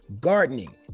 gardening